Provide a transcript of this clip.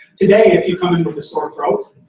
today if you come and but sort of throat,